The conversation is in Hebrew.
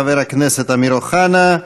חבר הכנסת אמיר אוחנה,